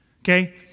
okay